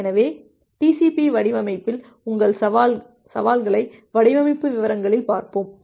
எனவே TCP வடிவமைப்பில் உள்ள சவால்களை வடிவமைப்பு விவரங்களில் பார்ப்போம்